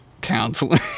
Counseling